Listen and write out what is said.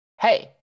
hey